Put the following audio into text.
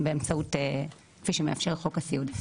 כפי שמאפשר חוק הסיעוד.